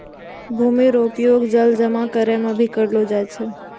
भूमि रो उपयोग जल जमा करै मे भी करलो जाय छै